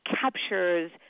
captures